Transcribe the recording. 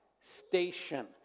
Station